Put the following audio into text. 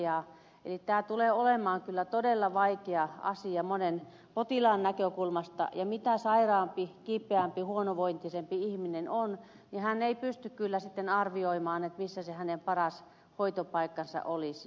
eli tämä tulee olemaan kyllä todella vaikea asia monen potilaan näkökulmasta ja mitä sairaampi kipeämpi huonovointisempi ihminen on niin sitä huonommin hän pystyy sitten arvioimaan missä se hänen paras hoitopaikkansa olisi